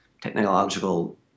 technological